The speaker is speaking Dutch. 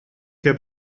heb